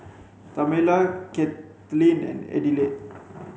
Tamela Katlin and Adelaide